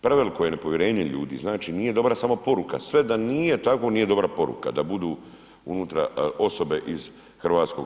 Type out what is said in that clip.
Preveliko je nepovjerenje ljudi, znači, nije dobra samo poruka, sve da nije tako, nije dobra poruka da budu unutra osobe iz HS.